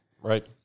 Right